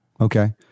Okay